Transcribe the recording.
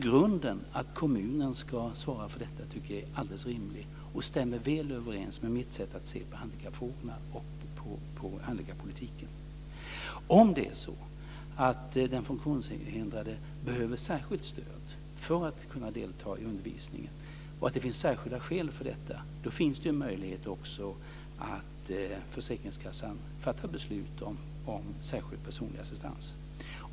Grundprincipen att kommunen ska svara för detta tycker jag alltså är alldeles rimlig, och den stämmer väl överens med mitt sätt att se på handikappfrågorna och på handikappolitiken. Om det är så att den funktionshindrade behöver särskilt stöd för att kunna delta i undervisningen och det finns särskilda skäl för detta, föreligger också en möjlighet att försäkringskassan fattar beslut om särskild personlig assistans.